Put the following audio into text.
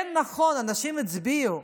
כן, נכון, אנשים הצביעו,